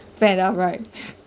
fair enoough right